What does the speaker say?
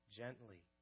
gently